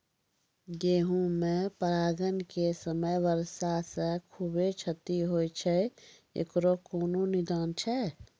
गेहूँ मे परागण के समय वर्षा से खुबे क्षति होय छैय इकरो कोनो निदान छै?